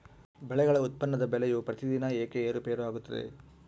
ಬೆಳೆಗಳ ಉತ್ಪನ್ನದ ಬೆಲೆಯು ಪ್ರತಿದಿನ ಏಕೆ ಏರುಪೇರು ಆಗುತ್ತದೆ?